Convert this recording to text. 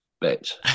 bet